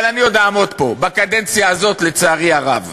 אבל אני עוד אעמוד פה, בקדנציה הזאת, לצערי הרב.